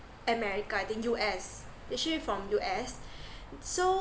america I think U_S actually from U_S so